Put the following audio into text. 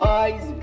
eyes